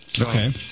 Okay